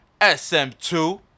Sm2